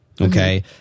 okay